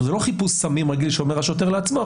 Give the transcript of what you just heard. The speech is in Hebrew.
זה לא חיפוש סמים רגיל שאומר השוטר לעצמו: